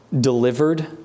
delivered